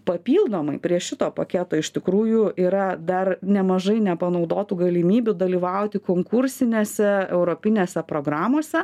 papildomai prie šito paketo iš tikrųjų yra dar nemažai nepanaudotų galimybių dalyvauti konkursinėse europinėse programose